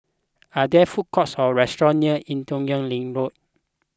are there food courts or restaurants near Ee Teow Leng Road